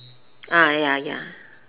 ya ya